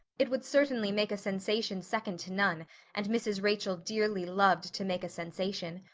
it would certainly make a sensation second to none, and mrs. rachel dearly loved to make a sensation.